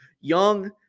Young